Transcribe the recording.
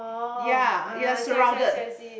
ya ya surrounded